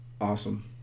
Awesome